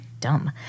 dumb